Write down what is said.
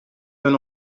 d’un